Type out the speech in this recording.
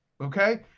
Okay